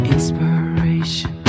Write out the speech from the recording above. Inspiration